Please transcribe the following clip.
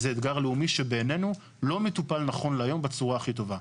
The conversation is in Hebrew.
זה אתגר לאומי שבעינינו לא מטופל נכון להיום בצורה הכי טובה.